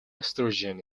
estrogen